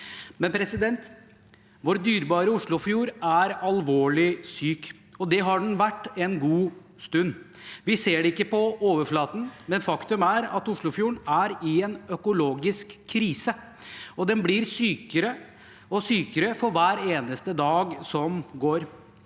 Oslofjorden. Vår dyrebare Oslofjord er imidlertid alvorlig syk, og det har den vært en god stund. Vi ser det ikke på overflaten, men faktum er at Oslofjorden er i en økologisk krise. Den blir sykere og sykere for hver eneste dag som går.